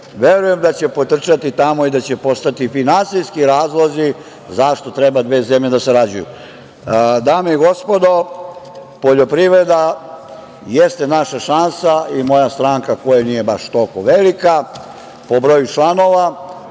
verujem da će potrčati tamo i da će postojati finansijski razlozi zašto treba dve zemlje da sarađuju. Dame i gospodo, poljoprivreda jeste naša šansa i moja stranka, koja nije baš toliko velika, po broju članova,